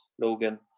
Logan